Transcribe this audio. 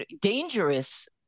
dangerous